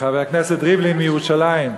חבר הכנסת ריבלין מירושלים,